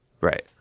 Right